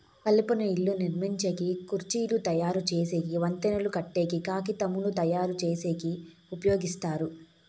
కలపను ఇళ్ళను నిర్మించేకి, కుర్చీలు తయరు చేసేకి, వంతెనలు కట్టేకి, కాగితంను తయారుచేసేకి ఉపయోగిస్తారు